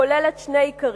כוללת שני עיקרים.